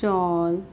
ਚੌਲ